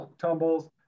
tumbles